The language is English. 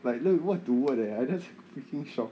like l~ word to word eh I just freaking shocked